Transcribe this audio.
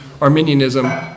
Arminianism